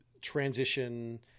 transition